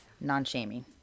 non-shaming